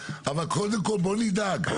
אבל קודם כל בואו נדאג,